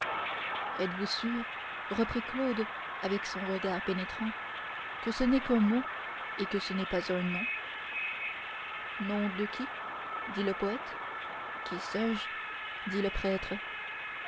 êtes-vous sûr reprit claude avec son regard pénétrant que ce n'est qu'un mot et que ce n'est pas un nom nom de qui dit le poète que sais-je dit le prêtre